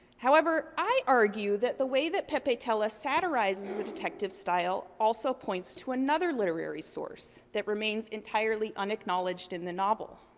however, i argue that the way that pepetela satirizes the detective style also points to another literary source, that remains entirely unacknowledged in the novel.